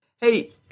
Hey